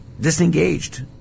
disengaged